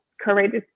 courageous